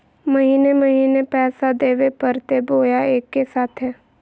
महीने महीने पैसा देवे परते बोया एके साथ?